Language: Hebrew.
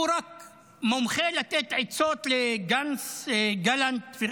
הוא רק מומחה לתת עצות לגנץ, לגלנט.